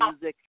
music